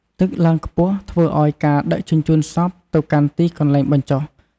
ទឹកឡើងខ្ពស់ធ្វើឲ្យការដឹកជញ្ជូនសពទៅកាន់ទីកន្លែងបញ្ចុះ ឬបូជាមានការលំបាកខ្លាំង។